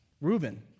Reuben